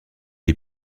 est